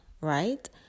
right